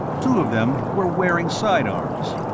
two of them were wearing sidearms.